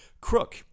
Crook